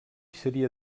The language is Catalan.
seria